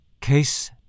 Case